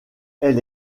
elle